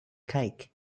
cake